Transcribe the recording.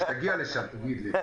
כשתגיע לשם תגיד לי.